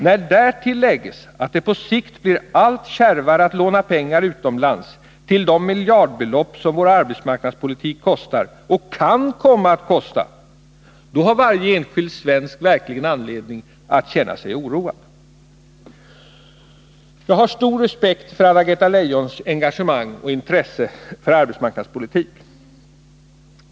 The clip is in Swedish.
När därtill läggs att det på sikt blir allt kärvare att låna pengar utomlands till de miljardbelopp som vår arbetsmarknadspolitik kostar och kan komma att kosta, då har varje enskild svensk verkligen anledning att känna sig oroad. Jag har stor respekt för Anna-Greta Leijons engagemang och intresse när det gäller arbetsmarknadspolitik.